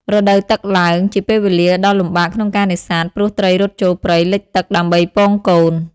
រដូវទឹកឡើង ជាពេលវេលាដ៏លំបាកក្នុងការនេសាទ ព្រោះត្រីរត់ចូលព្រៃលិចទឹកដើម្បីពងកូន។